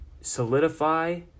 solidify